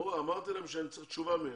אמרתי להם שאני רוצה תשובה מהם.